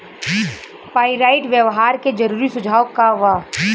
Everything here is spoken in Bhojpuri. पाइराइट व्यवहार के जरूरी सुझाव का वा?